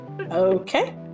okay